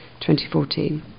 2014